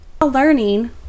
Learning